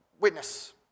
witness